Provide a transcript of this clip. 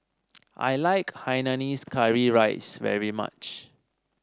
I like Hainanese Curry Rice very much